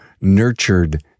nurtured